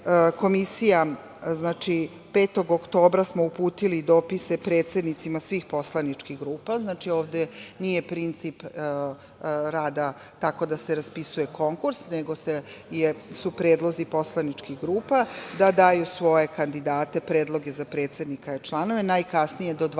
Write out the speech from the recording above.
Komisija, znači, 5. oktobra smo uputili dopise predsednicima svih poslaničkih grupa, znači, ovde nije princip rada tako da se raspisuje konkurs, nego su predlozi poslaničkih grupa, da daju svoje kandidate, predloge za predsednika i članove, najkasnije do 25.